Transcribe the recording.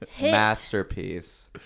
Masterpiece